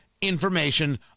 information